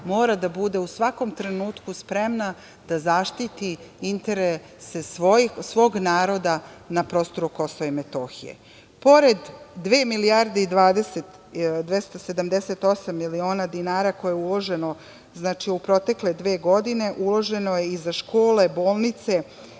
mora da bude u svakom trenutku spremna da zaštiti interese svog naroda na prostoru Kosova i Metohije. Pored dve milijarde i 278 miliona dinara koje je uloženo u protekle dve godine, uloženo je i za škole, bolnice